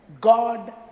God